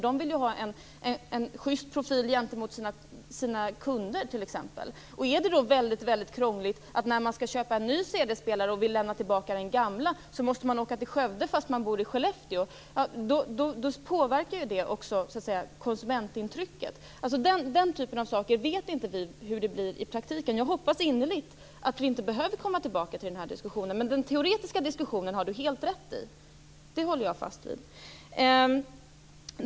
De vill ju ha en schyst profil gentemot sina kunder. Om det är väldigt krångligt att köpa en ny cd-spelare och lämna tillbaka den gamla, om man då måste åka till Skövde fast man bor i Skellefteå, påverkar det förstås också konsumentintrycket. Vi vet nu inte hur det blir i praktiken med sådana saker. Jag hoppas innerligt att vi inte behöver komma tillbaka till den här diskussionen. Den teoretiska diskussionen har Lennart Daléus ändå helt rätt i. Det håller jag fast vid.